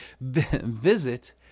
visit